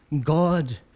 God